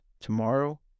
tomorrow